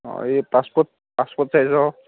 এই passport passport চাইজৰ